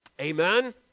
Amen